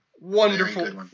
Wonderful